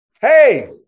Hey